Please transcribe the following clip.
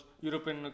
European